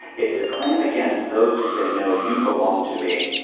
it's a claim against those who say, no, you belong to me.